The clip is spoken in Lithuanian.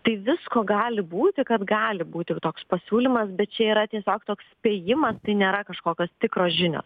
tai visko gali būti kad gali būti va toks pasiūlymas bet čia yra tiesiog toks spėjimas tai nėra kažkokios tikros žinios